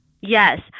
Yes